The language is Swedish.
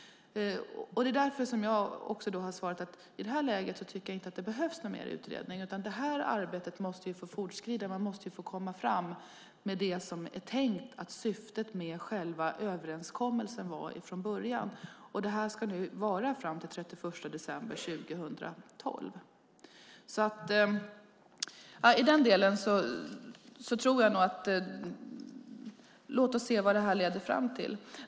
Det är därför jag har svarat att jag i detta läge inte tycker att det behövs någon mer utredning, utan detta arbete måste få fortskrida. Man måste få komma fram med det som var tänkt att vara syftet med själva överenskommelsen från början. Det här ska vara fram till den 31 december 2012. Låt oss se vad det leder fram till.